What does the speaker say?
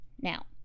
Now